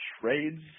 trades